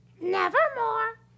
Nevermore